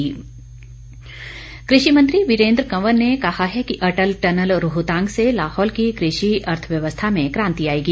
वीरेन्द्र कंवर कृषि मंत्री वीरेन्द्र कंवर ने कहा है कि अटल टनल रोहतांग से लाहौल की कृषि अर्थव्यवस्था में क्रांति आएगी